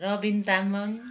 Rabin Tamang